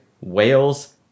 Wales